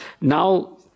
now